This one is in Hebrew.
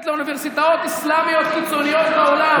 לאוניברסיטאות אסלאמיות קיצוניות בעולם,